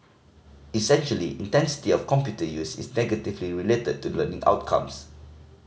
essentially intensity of computer use is negatively related to learning outcomes